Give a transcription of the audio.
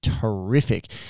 terrific